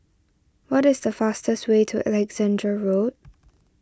what is the fastest way to Alexandra Road